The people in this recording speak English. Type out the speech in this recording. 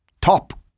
top